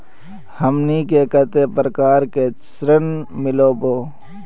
हमनी के कते प्रकार के ऋण मीलोब?